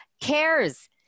cares